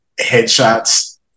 headshots